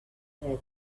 her